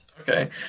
Okay